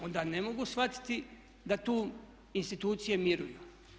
Onda ne mogu shvatiti da tu institucije miruju.